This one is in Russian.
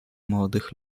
молодых